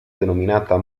denominata